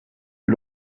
que